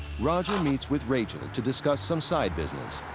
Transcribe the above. roger meets with rachel to discuss some side business.